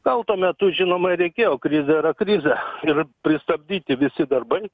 gal tuo metu žinoma ir reikėjo krizė yra krizė ir pristabdyti visi darbai